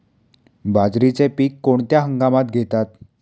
बाजरीचे पीक कोणत्या हंगामात घेतात?